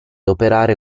operare